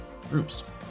groups